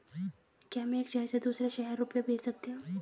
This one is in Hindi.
क्या मैं एक शहर से दूसरे शहर रुपये भेज सकती हूँ?